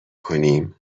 کنیم